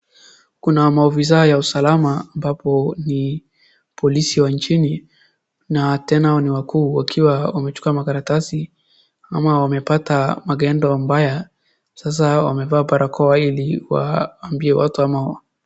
Kuna maofisaa ya usalama ambapo ni polisi wa nchini na tena ni wakuu wakiwa wamechukua makaratasi ama wamepata magendo mbaya sasa wamevaa barakoa ili waambie watu ama.